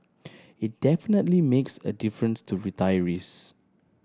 it definitely makes a difference to retirees